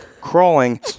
crawling